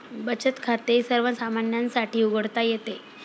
बचत खाते सर्वसामान्यांसाठी उघडता येते